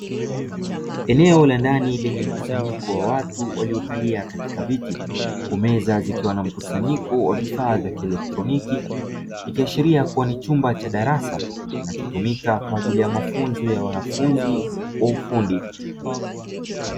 Eneo la ndani, lenye mkusanyiko wa watu waliokalia katika viti, huku meza zikiwa na mkusanyiko wa vifaa vya kielektroniki. Ikiashiria kuwa ni chumba cha darasa kinachotumika kwa ajili ya mafunzo ya wanafunzi wa ufundi.